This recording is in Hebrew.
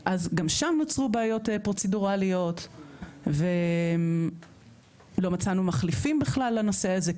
אז גם שם נוצרו בעיות פרוצדורליות ולא מצאנו מחליפים בכלל לנושא הזה,